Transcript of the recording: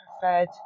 preferred